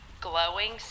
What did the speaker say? glowing